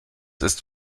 ist